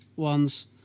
One's